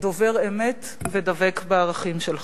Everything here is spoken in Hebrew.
דובר אמת ודבק בערכים שלך.